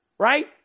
right